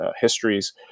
histories